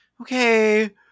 okay